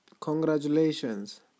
Congratulations